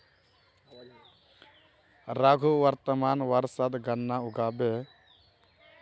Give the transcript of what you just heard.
रघु वर्तमान वर्षत गन्ना उगाबे